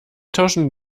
tauschen